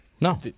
No